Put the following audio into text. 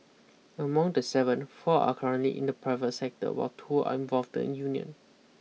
among the seven four are currently in the private sector while two are involved in union